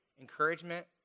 encouragement